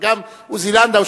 וגם עוזי לנדאו,